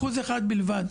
1% בלבד.